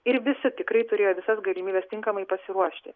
ir visi tikrai turėjo visas galimybes tinkamai pasiruošti